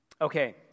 Okay